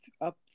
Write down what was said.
up